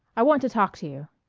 i want to talk to you.